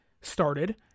started